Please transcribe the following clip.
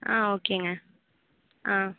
ஆ ஓகேங்க ஆ